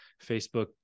Facebook